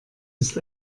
ist